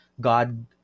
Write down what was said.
God